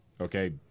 okay